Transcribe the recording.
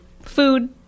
food